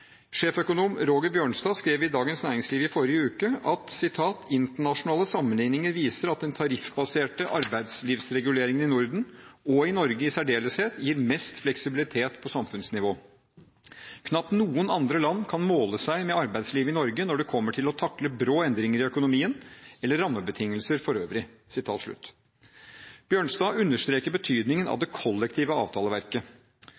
Sjeføkonom Roger Bjørnstad skrev i Dagens Næringsliv i forrige uke: «Internasjonale sammenligninger viser at den tariffbaserte arbeidslivsreguleringen i Norden, og i Norge i særdeleshet, gir mest fleksibilitet på samfunnsnivå. Knapt noen andre land kan måle seg med arbeidslivet i Norge når det kommer til å takle brå endringer i økonomien eller rammebetingelsene for øvrig.» Bjørnstad understreker betydningen av